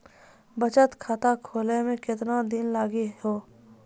बचत खाता खोले मे केतना दिन लागि हो?